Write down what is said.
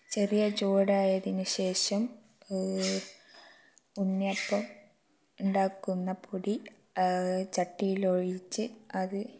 ചെറിയ ചൂടായതിന് ശേഷം ഉണ്ണിയപ്പം ഉണ്ടാക്കുന്ന പൊടി ചട്ടിയിലൊഴിച്ച് അത്